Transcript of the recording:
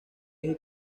deje